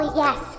yes